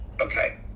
Okay